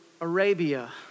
Arabia